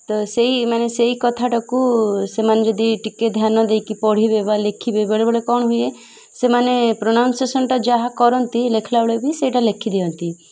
ତ ସେଇ ମାନେ ସେଇ କଥାଟାକୁ ସେମାନେ ଯଦି ଟିକେ ଧ୍ୟାନ ଦେଇକି ପଢ଼ିବେ ବା ଲେଖିବେ ବେଳେବେଳେ କ'ଣ ହୁଏ ସେମାନେ ପ୍ରନାଉନ୍ସସେସନ୍ଟା ଯାହା କରନ୍ତି ଲେଖିଲା ବେଳେ ବି ସେଇଟା ଲେଖିଦିଅନ୍ତି